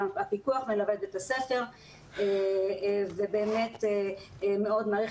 גם הפיקוח מלווה את בית הספר ובאמת מאוד מעריך